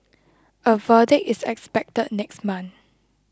a verdict is expected next month